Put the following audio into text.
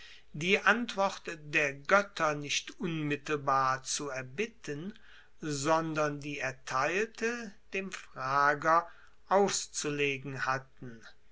die antwort der goetter nicht unmittelbar zu erbitten sondern die erteilte dem frager auszulegen hatten